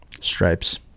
stripes